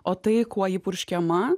o tai kuo ji purškiama